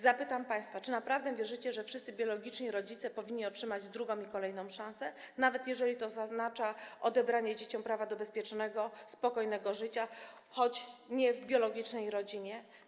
Zapytam państwa: Czy naprawdę wierzycie, że wszyscy biologiczni rodzice powinni otrzymać drugą i kolejną szansę, nawet jeżeli to oznacza odebranie dzieciom prawa do bezpiecznego, spokojnego życia, choć nie w biologicznej rodzinie?